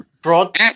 Broad